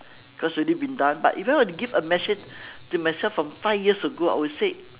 cause it's already been done but if I were to give a message to myself from five years ago I would say